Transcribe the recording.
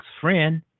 friend